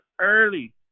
early